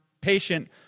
patient